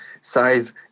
size